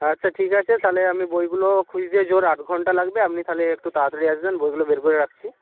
আচ্ছা ঠিক আছে তাহলে আমি বইগুলো খুঁজতে জোর আধ ঘণ্টা লাগবে আপনি তাহলে একটু তাড়াতাড়ি আসবেন বইগুলো বের করে রাখছি